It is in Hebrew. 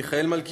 מיכאל מלכיאלי,